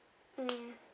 mm